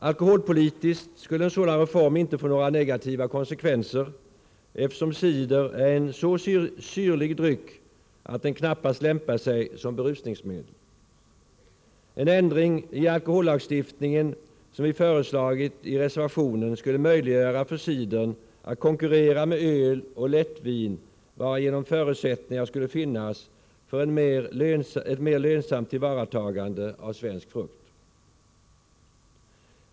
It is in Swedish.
Alkoholpolitiskt skulle en sådan reform inte få några negativa konsekvenser, eftersom cider är en så syrlig dryck att den knappast lämpar sig som berusningsmedel. En ändring i alkohollagstiftningen som vi föreslagit i reservationen skulle möjliggöra för cidern att konkurrera med öl och lättvin, varigenom förutsättningar skulle finnas för ett mer lönsamt tillvaratagande av svensk frukt.